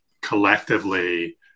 collectively